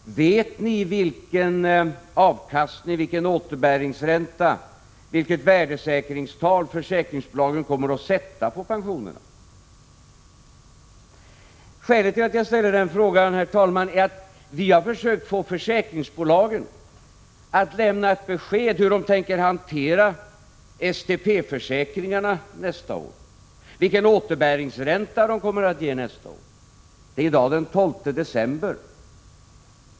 Vet ni vilken avkastning, vilken återbäringsränta, vilket värdesäkringstal försäkringsbolagen kommer att sätta på pensionerna? Skälet till att jag ställer frågan, herr talman, är att vi har försökt få försäkringsbolagen att lämna ett besked om hur de tänker hantera STP försäkringarna nästa år, vilken återbäringsränta de kommer att ge nästa år. Det är i dag den 12 december.